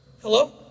Hello